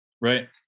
Right